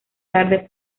tarde